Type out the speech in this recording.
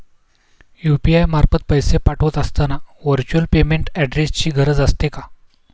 UPI मार्फत पैसे पाठवत असताना व्हर्च्युअल पेमेंट ऍड्रेसची गरज असते का?